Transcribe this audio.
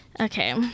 okay